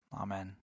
Amen